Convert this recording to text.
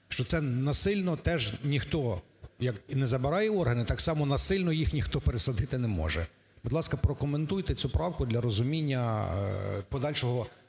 Що це насильно теж ніхто, як і не забирає органи, так само насильно їх ніхто пересадити не може. Будь ласка, прокоментуйте цю правку для розуміння подальшого